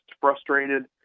frustrated